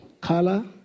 color